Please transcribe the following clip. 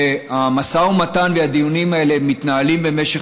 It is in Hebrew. שהמשא ומתן והדיונים עליהן מתנהלים במשך